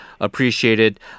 appreciated